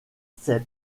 ses